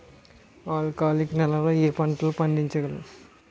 ఆల్కాలిక్ నెలలో ఏ పంటలు పండించగలము?